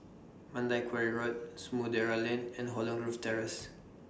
Mandai Quarry Road Samudera Lane and Holland Grove Terrace